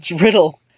riddle